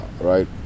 right